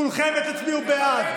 כולכם תצביעו בעד.